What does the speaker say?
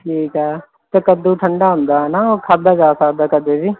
ਠੀਕ ਹੈ ਅਤੇ ਕੱਦੂ ਠੰਡਾ ਹੁੰਦਾ ਹੈ ਨਾ ਉਹ ਖਾਧਾ ਜਾ ਸਕਦਾ ਕਦੇ ਵੀ